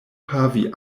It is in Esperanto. havi